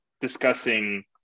discussing